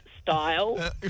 Style